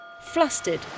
Flustered